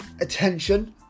attention